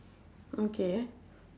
okay